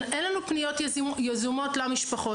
אין לנו פניות יזומות למשפחות,